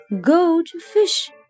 goldfish